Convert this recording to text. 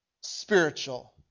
spiritual